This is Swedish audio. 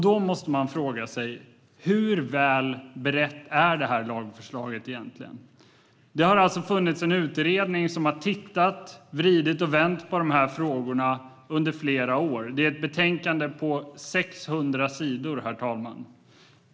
Då måste man fråga sig hur väl berett det här lagförslaget egentligen är. Det har alltså funnits en utredning som har tittat och vridit och vänt på de här frågorna under flera år. Det är ett betänkande på 600 sidor, herr talman.